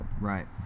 Right